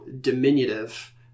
diminutive